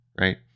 right